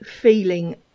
feeling